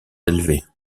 élevées